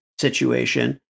situation